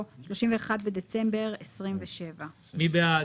מי בעד?